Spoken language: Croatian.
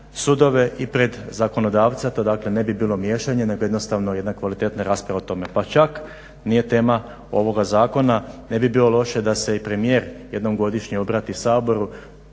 sudove i pred zakonodavca, to dakle ne bi bilo miješanje nego jednostavno jedna kvalitetna rasprava o tome. Pa čak nije tema ovoga zakona, ne bi bilo loše da se i premijer jednom godišnje obrati Saboru,